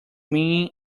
mean